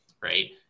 right